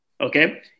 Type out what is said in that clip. Okay